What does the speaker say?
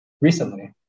recently